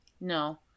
no